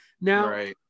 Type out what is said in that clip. now